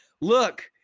look